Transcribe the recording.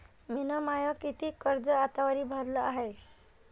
मिन माय कितीक कर्ज आतावरी भरलं हाय?